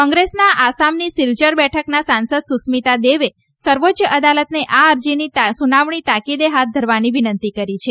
કોંગ્રેસના આસામની સીલ્ચર બેઠકના સાંસદ સુસ્મીતા દેવે સર્વોચ્ચ અદાલતને આ અરજીની સુનાવણી તાકીદે હાથ ધરવાની વિનંતી કરી છે